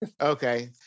Okay